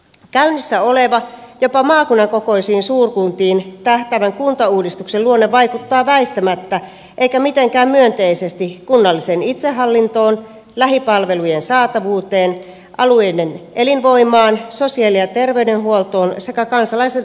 käynnissä oleva jopa maakunnan kokoisiin suurkuntiin tähtäävän kuntauudistuksen luonne vaikuttaa väistämättä eikä mitenkään myönteisesti kunnalliseen itsehallintoon lähipalvelujen saatavuuteen alueiden elinvoimaan sosiaali ja terveydenhuoltoon sekä kansalaisten vaikuttamismahdollisuuksiin